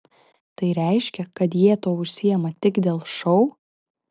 tai reiškia kad jie tuo užsiima tik dėl šou